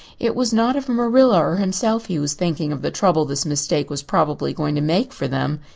it was not of marilla or himself he was thinking of the trouble this mistake was probably going to make for them,